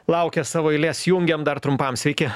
laukia savo eilės jungiame dar trumpam sveiki